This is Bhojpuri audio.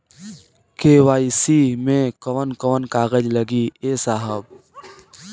के.वाइ.सी मे कवन कवन कागज लगी ए साहब?